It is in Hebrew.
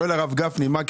לא הבנתי.